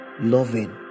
loving